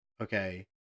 Okay